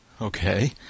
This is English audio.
Okay